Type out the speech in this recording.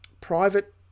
private